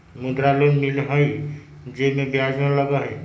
मुद्रा लोन मिलहई जे में ब्याज न लगहई?